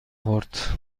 خورد